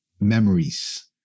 memories